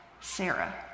Sarah